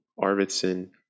Arvidsson